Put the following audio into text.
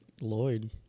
Lloyd